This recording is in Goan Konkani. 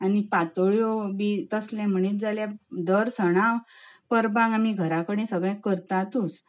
आनी पातोळ्यो बी तसलें म्हणीत जाल्यार दर सणां परबांक आमी घरा कडेन सगळें करतातूच